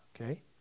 Okay